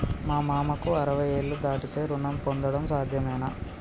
మా మామకు అరవై ఏళ్లు దాటితే రుణం పొందడం సాధ్యమేనా?